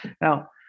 Now